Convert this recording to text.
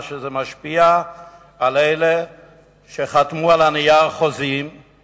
שמשפיע על אלה שחתמו חוזים על הנייר,